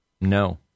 no